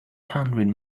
hundred